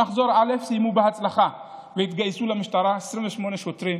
במחזור א' סיימו בהצלחה והתגייסו למשטרה 28 שוטרים.